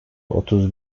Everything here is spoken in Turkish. otuz